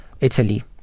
Italy